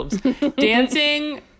dancing